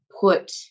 put